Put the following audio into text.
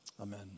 Amen